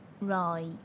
Right